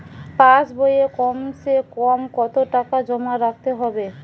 পাশ বইয়ে কমসেকম কত টাকা জমা রাখতে হবে?